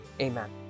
Amen